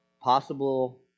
possible